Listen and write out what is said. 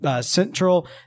central